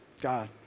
God